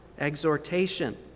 exhortation